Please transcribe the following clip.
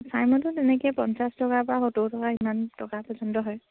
চাই মদটো তেনেকৈ পঞ্চাছ টকাৰ পৰা সত্তৰ টকা ইমান টকা পৰ্য্য়ন্ত হয়